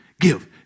give